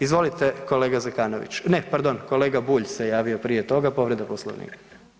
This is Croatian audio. Izvolite kolega Zekanović, ne, pardon, kolega Bulj se javio prije toga, povreda Poslovnika.